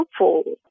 hopeful